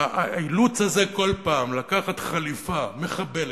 האילוץ הזה כל פעם לקחת חליפה מחבלת,